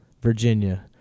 Virginia